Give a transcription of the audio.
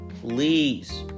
Please